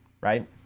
right